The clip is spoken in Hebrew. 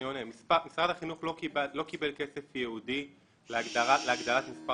משרד החינוך לא קיבל כסף יעודי להגדלת מספר